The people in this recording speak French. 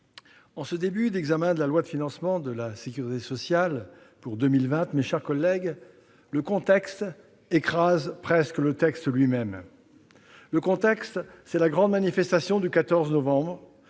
en ce début d'examen de la loi de financement de la sécurité sociale pour 2020, le contexte écrase presque le texte lui-même. Le contexte, c'est la grande manifestation du 14 novembre,